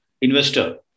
investor